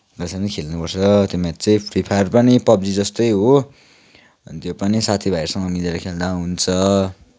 त्यसरी नै खेल्नुपर्छ त्यो म्याच चाहिँ फ्री फायर पनि पब्जी जस्तै हो अनि त्यो पनि साथीभाइहरूसँग मिलेर खेल्दा हुन्छ